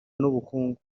n’ubukungu